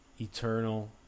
eternal